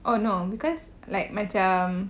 oh no because like macam